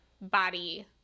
body